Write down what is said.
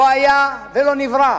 לא היה ולא נברא,